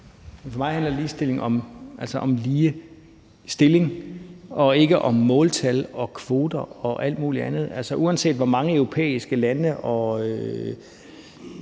For mig handler ligestilling om lige stilling og ikke om måltal og kvoter og alt muligt andet. Altså, uanset hvor mange europæiske lande og